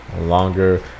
Longer